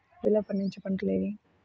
రబీలో పండించే పంటలు ఏవి?